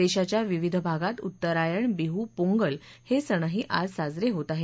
देशाच्या विविध भागात उत्तरायण बीह पोंगल हे सणही आज साजरे होत आहेत